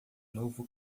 novo